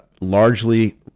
largely